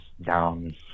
down